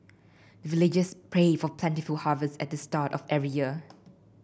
villagers pray for plentiful harvest at the start of every year